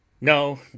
No